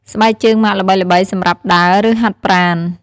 ស្បែកជើងម៉ាកល្បីៗសម្រាប់ដើរ ឬហាត់ប្រាណ។